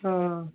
ꯑꯪ